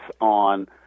on